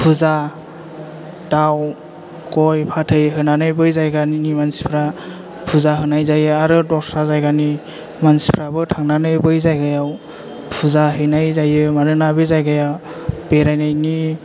फुजा दाव गइ फाथै होनानै बै जायगानि मानसिफ्रा फुजा होनाय जायो आरो दस्रा जायगानि मानसिफ्राबो थांनानै बै जायगायाव फुजा हैनाय जायो मानोना बे जायगाया बेरायनायनि